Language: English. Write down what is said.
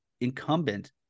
incumbent